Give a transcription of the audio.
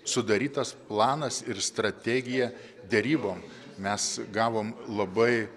sudarytas planas ir strategija derybom mes gavom labai